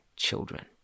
children